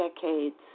decades